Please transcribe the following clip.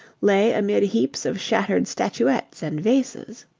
lay amid heaps of shattered statuettes and vases.